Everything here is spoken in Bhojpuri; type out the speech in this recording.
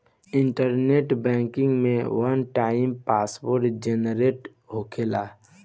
इंटरनेट बैंकिंग में वन टाइम पासवर्ड जेनरेट होखेला